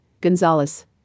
gonzalez